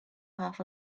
half